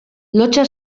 lotsa